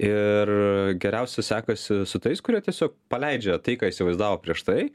ir geriausia sekasi su tais kurie tiesiog paleidžia tai ką įsivaizdavo prieš tai